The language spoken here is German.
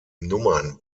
nummern